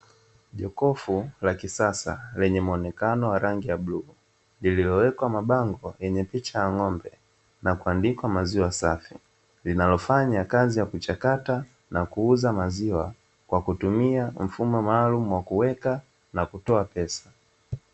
Jokofu la kisasa lenye muonekano wa rangi ya bluu, lililowekwa mabango ya picha ya ng'ombe na kuandikwa "maziwa safi" linalofanya kazi ya kuchakata na kuuza maziwa kwa kutumia mfumo maalumu wa kuweka na kutoa pesa.